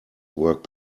work